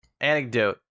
anecdote